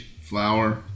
flour